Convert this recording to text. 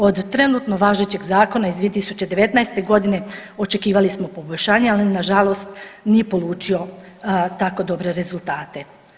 Od trenutno važećeg zakona iz 2019.g. očekivali smo poboljšanje, ali nažalost nije polučio tako dobre rezultate.